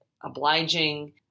obliging